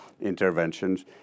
interventions